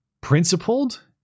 principled